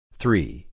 three